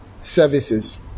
services